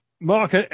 Mark